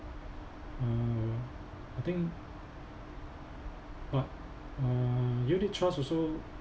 uh I think but uh unit trust also